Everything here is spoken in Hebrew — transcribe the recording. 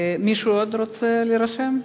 מישהו עוד רוצה להירשם,